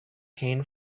pain